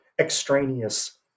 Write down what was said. extraneous